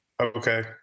okay